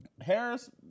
Harris